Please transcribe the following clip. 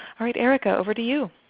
all right erica, over to you.